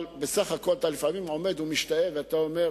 אבל בסך הכול אתה לפעמים עומד ומשתאה ואתה אומר: